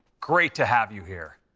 great to have you here.